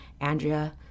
Andrea